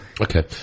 Okay